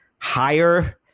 higher